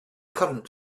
current